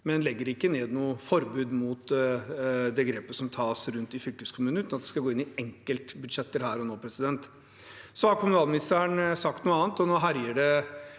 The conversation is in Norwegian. han legger ikke ned noe forbud mot det grepet som tas rundt omkring i fylkeskommunene, uten at jeg skal gå inn i enkeltbudsjetter her og nå. Kommunalministeren har sagt noe annet, og nå herjer det